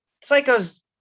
Psycho's